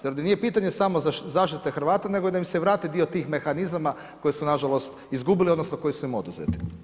Jer da nije pitanje samo zaštite Hrvata nego da im se vrati dio tih mehanizama koji su nažalost izgubili odnosno koji su im oduzeti.